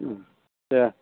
दे